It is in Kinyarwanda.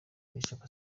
bishop